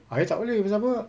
ayah tak boleh pasal apa